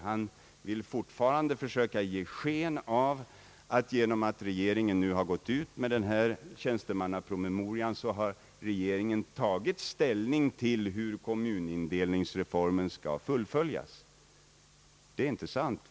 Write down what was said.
Han vill fortfarande försöka ge sken av att regeringen genom att den sänt ut denna tjänstemannapromemoria har tagit ställning till hur kommunindelningsreformen skall fullföljas. Det är inte sant.